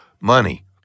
money